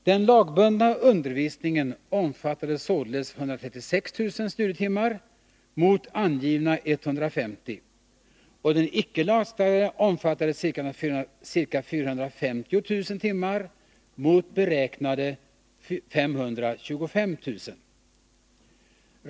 Den lagbundna undervisningen omfattade således 136 000 studietimmar mot angivna 150 000, och den icke lagstadgade omfattade ca 450 000 timmar mot beräknade 525 000.